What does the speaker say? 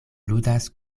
ludas